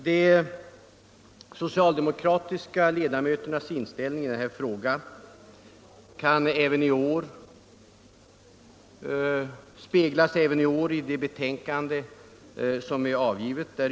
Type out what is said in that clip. De socialdemokratiska ledamöternas inställning i denna fråga speglas även i år i det betänkande som avgivits.